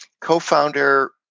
co-founder